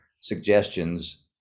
suggestions